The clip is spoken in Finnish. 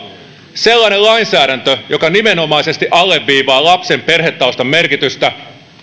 sellainen lainsäädäntö joka nimenomaisesti alleviivaa lapsen perhetaustan merkitystä